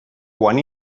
quan